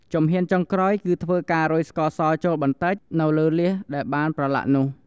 ជំហានចុងក្រោយ គឺធ្វើការរោយស្ករសចូល បន្តិច នៅលើលៀសដែលបានប្រឡាក់នោះ។